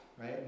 right